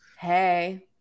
Hey